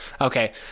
okay